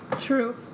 True